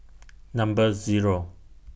Number Zero